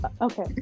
Okay